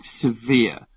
severe